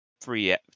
free